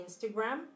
Instagram